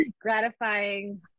gratifying